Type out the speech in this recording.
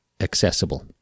accessible